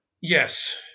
yes